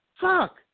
fuck